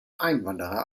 einwanderer